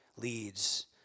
leads